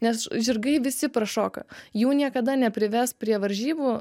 nes žirgai visi prašoka jų niekada neprives prie varžybų